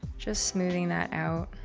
just smoothing that out.